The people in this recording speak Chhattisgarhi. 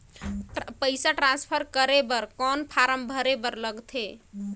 पईसा ट्रांसफर करे बर कौन फारम भरे बर लगथे?